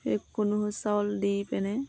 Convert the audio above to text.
সেই খুন্দু চাউল দি পিনে